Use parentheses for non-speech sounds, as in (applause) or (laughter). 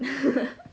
(laughs)